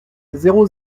zéro